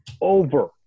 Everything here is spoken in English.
over